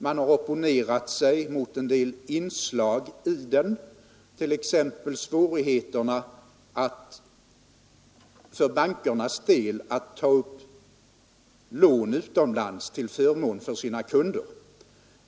Man har opponerat sig mot en del inslag i den, t.ex. svårigheterna för bankernas del att ta upp lån utomlands till förmån för sina kunder.